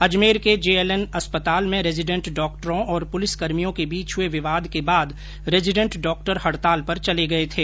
अजमेर के जेएनएल अस्पताल में रेजीडेंट डॉक्टरों और पुलिसकर्मियों के बीच हुए विवाद के बाद रेंजीडेंट डॉक्टर हडताल पर चले गये थे